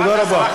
תודה רבה.